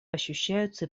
ощущаются